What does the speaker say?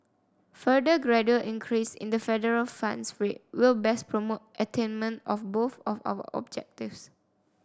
further gradual increase in the federal funds rate will best promote attainment of both of our objectives